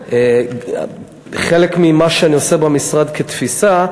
אבל חלק ממה שאני עושה במשרד כתפיסה,